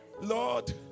Lord